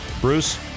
Bruce